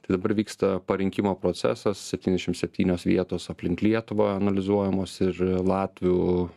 tai dabar vyksta parinkimo procesas septyniasdešim septynios vietos aplink lietuvą analizuojamos ir latvių